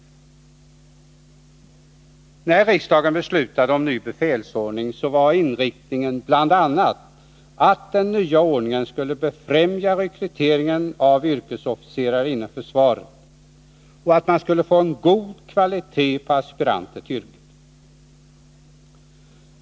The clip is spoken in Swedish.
När riksdagen beslutade om en Torsdagen den ny befälsordning var inriktningen bl.a. att den nya ordningen skulle 7 maj 1981 befrämja rekryteringen av yrkesofficerare inom försvaret och att man skulle få en god kvalitet på aspiranter till yrket.